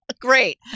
Great